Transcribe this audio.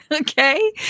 Okay